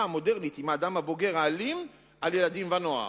המודרנית עם האדם הבוגר האלים על ילדים ונערים,